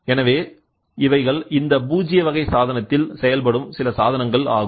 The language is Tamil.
எனவே இவைகள் இந்த பூஜ்ஜிய வகை சாதனத்தில் செயல்படும் சில சாதனங்கள் ஆகும்